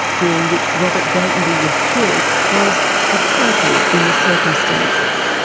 during which robert gatenby was killed, was appropriate in the circumstances.